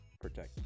protect